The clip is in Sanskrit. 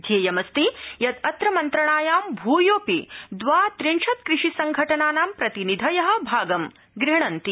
ध्येयमस्ति यत् अत्र मन्त्रणायां भ्योपि द्वात्रिशत् कृषिसंघटनानां प्रतिनिधय भागं गृह्हन्ति